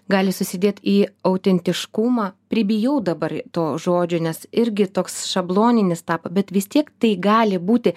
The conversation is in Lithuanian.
gali susidėt į autentiškumą pribijau dabar to žodžio nes irgi toks šabloninis tapo bet vis tiek tai gali būti